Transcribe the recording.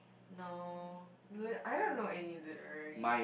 no like I don't know any literally